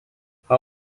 ha